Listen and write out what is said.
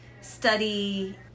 study